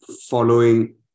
following